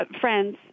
friends